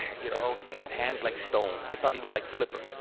you know, he had hands like stone. i thought he was like flipper.